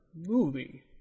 movie